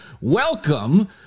welcome